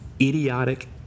idiotic